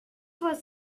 was